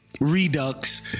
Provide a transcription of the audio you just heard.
redux